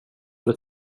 det